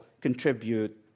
contribute